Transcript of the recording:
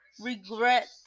regret